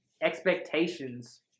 Expectations